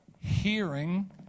hearing